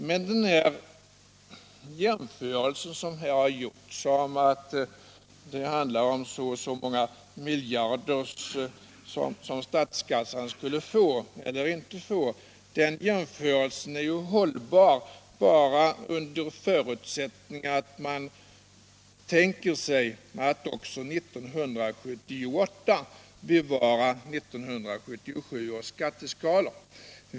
Men den jämförelse som här har gjorts, om att det handlar om så och så många miljarder som statskassan skulle få eller inte få, är hållbar endast under förutsättning att man tänker sig att också 1978 bevarar 1977 års skatteskalor.